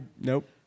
Nope